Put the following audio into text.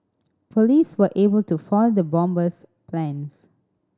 police were able to foil the bomber's plans